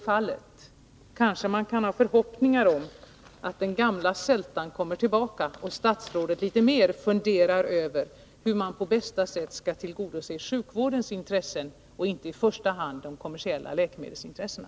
Då kanske man kan ha förhoppningar om att den gamla sältan kommer tillbaka och att statsrådet litet mer funderar över hur man på bästa sätt skall tillgodose sjukvårdens intressen och inte i första hand de kommersiella läkemedelsintressena.